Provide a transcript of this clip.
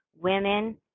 women